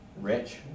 rich